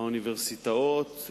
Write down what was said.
האוניברסיטאות,